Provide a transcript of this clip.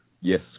Yes